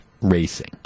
racing